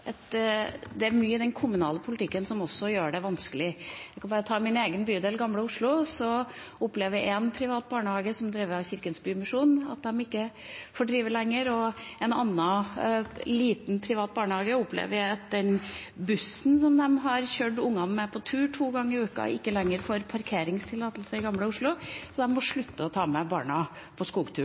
det er mye i den kommunale politikken som gjør det vanskelig. Jeg kan bare ta min egen bydel, Gamle Oslo. Der opplever en privat barnehage, som drives av Kirkens Bymisjon, at de ikke får drive lenger. En annen liten, privat barnehage opplever at bussen som de har kjørt barna med på tur to ganger i uken, ikke lenger får parkeringstillatelse i Gamle Oslo, så de må slutte å ta med barna på skogtur